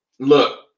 Look